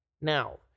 Now